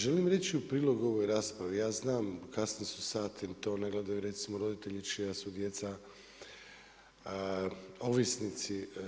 Želim reći u prilog ovoj raspravi, ja znam kasni su sati, to ne gledaju recimo roditelji čija su djeca ovisnici.